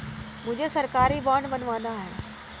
मुझे सरकारी बॉन्ड बनवाना है